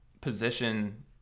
position